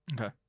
Okay